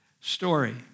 story